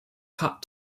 cut